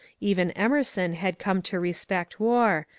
even emerson had come to respect war,